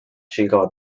sięgała